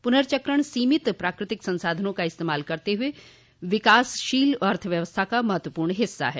पुर्नचक्रण सीमित स्राकृतिक संसाधनों का इस्तेमाल करते हुए विकासशील अर्थव्यवस्था का महत्वपूर्ण हिस्सा है